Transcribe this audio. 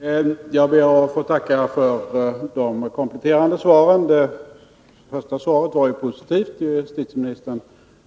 Herr talman! Jag ber att få tacka för de kompletterande svaren. Det första svaret var positivt. Justitieministern